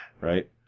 Right